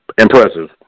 impressive